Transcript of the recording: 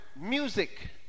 music